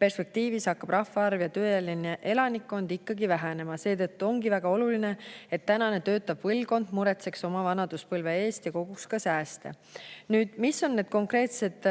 perspektiivis hakkavad rahvaarv ja tööealine elanikkond ikkagi vähenema. Seetõttu ongi väga oluline, et tänane töötav põlvkond muretseks oma vanaduspõlve pärast ja koguks ka sääste. Mis on need konkreetsed